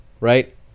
right